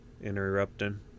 interrupting